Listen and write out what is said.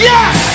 Yes